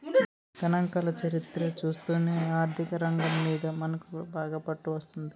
గణాంకాల చరిత్ర చూస్తేనే ఆర్థికరంగం మీద మనకు బాగా పట్టు వస్తుంది